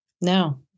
no